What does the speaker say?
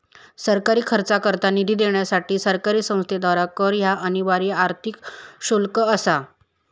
सरकारी खर्चाकरता निधी देण्यासाठी सरकारी संस्थेद्वारा कर ह्या अनिवार्य आर्थिक शुल्क असा